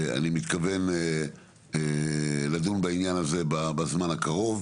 אני מתכוון לדון בעניין הזה בזמן הקרוב.